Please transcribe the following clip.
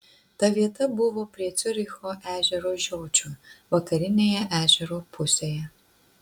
ta vieta buvo prie ciuricho ežero žiočių vakarinėje ežero pusėje